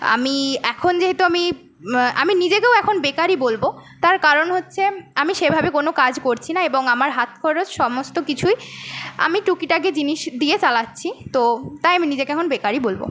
আমি এখন যেহেতু আমি আমি নিজেকেও এখন বেকারই বলব তার কারণ হচ্ছে আমি সেভাবে কোনো কাজ করছি না এবং আমার হাতখরচ সমস্ত কিছুই আমি টুকিটাকি জিনিস দিয়ে চালাচ্ছি তো তাই আমি নিজেকে এখন বেকারই বলব